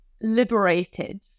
...liberated